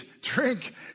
drink